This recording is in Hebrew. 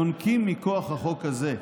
יונקים מכוח החוק הזה.